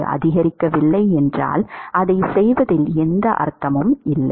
அது அதிகரிக்கவில்லை என்றால் அதைச் செய்வதில் எந்த அர்த்தமும் இல்லை